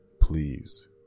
Please